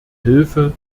hilfe